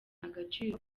agaciro